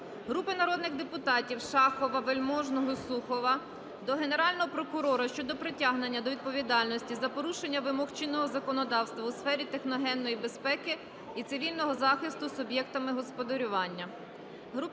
Групи народних депутатів (Шахова, Вельможного, Сухова) до Генерального прокурора щодо притягнення до відповідальності за порушення вимог чинного законодавства у сфері техногенної безпеки і цивільного захисту суб'єктами господарювання.